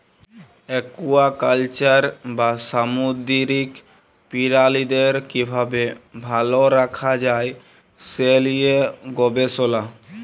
aquaculture বা সামুদ্দিরিক পিরালিদের কিভাবে ভাল রাখা যায় সে লিয়ে গবেসলা